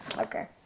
Okay